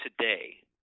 today